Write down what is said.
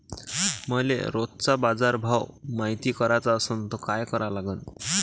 मले रोजचा बाजारभव मायती कराचा असन त काय करा लागन?